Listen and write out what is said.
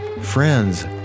friends